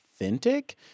authentic